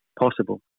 possible